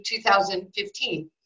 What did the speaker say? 2015